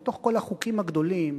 בתוך כל החוקים הגדולים.